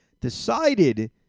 decided